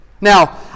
Now